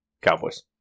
Cowboys